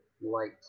light